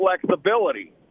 flexibility